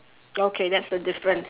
okay that's the difference